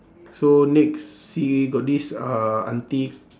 so next see got this uh aunty